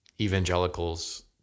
evangelicals